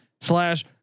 slash